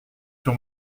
sur